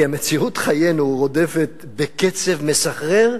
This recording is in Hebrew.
כי מציאות חיינו רודפת בקצב מסחרר,